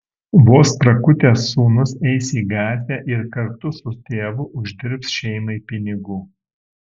vos prakutęs sūnus eis į gatvę ir kartu su tėvu uždirbs šeimai pinigų